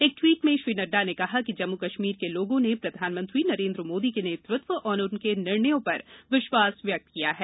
एक टवीट में श्री नड्डा ने कहा कि जम्मू कश्मीर के लोगों ने प्रधानमंत्री नरेन्द्र मोदी के नेतृत्व और उनके निर्णयों पर विश्वास व्यक्त किया है